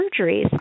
surgeries